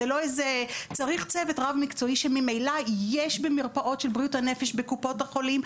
צריך צוות רב מקצועי שממילא יש במרפאות של בריאות הנפש בקופות החולים.